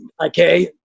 okay